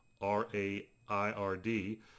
R-A-I-R-D